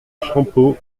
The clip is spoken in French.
champeaux